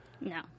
No